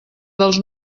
dels